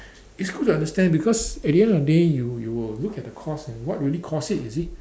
it's good to understand because at the end of the day you you will look at the cause and what really cause it you see